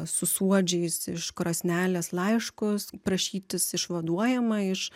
su suodžiais iš krosnelės laiškus prašytis išvaduojama iš